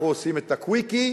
אנחנו עושים את ה-quickie,